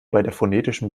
phonetischen